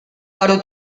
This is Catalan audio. però